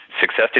success